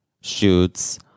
shoots